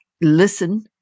listen